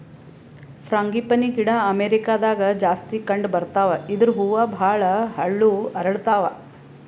frangipani ಗಿಡ ಅಮೇರಿಕಾದಾಗ್ ಜಾಸ್ತಿ ಕಂಡಬರ್ತಾವ್ ಇದ್ರ್ ಹೂವ ಭಾಳ್ ಹಳ್ಳು ಅರಳತಾವ್